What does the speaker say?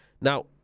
Now